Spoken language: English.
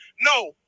No